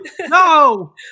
no